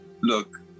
look